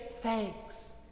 thanks